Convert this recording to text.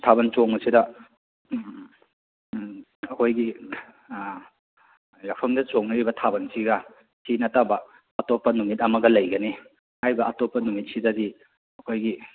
ꯊꯥꯕꯜ ꯆꯣꯡꯕꯁꯤꯗ ꯑꯩꯈꯣꯏꯒꯤ ꯌꯥꯎꯁꯪꯗ ꯆꯣꯡꯅꯔꯤꯕ ꯊꯥꯕꯜꯁꯤꯒ ꯁꯤ ꯅꯠꯇꯕ ꯑꯇꯣꯞꯄ ꯅꯨꯃꯤꯠ ꯑꯃꯒ ꯂꯩꯒꯅꯤ ꯍꯥꯏꯔꯤꯕ ꯑꯇꯣꯞꯄ ꯅꯨꯃꯤꯠꯁꯤꯗꯗꯤ ꯑꯩꯈꯣꯏꯒꯤ